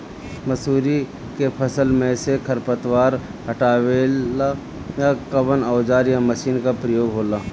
मसुरी के फसल मे से खरपतवार हटावेला कवन औजार या मशीन का प्रयोंग होला?